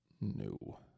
No